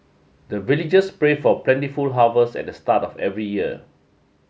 the villagers pray for plentiful harvest at the start of every year